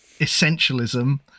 essentialism